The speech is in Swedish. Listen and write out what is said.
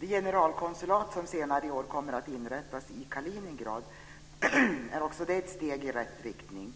Det generalkonsulat som senare i år kommer att inrättas i Kaliningrad är också ett steg i rätt riktning.